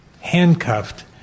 handcuffed